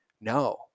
No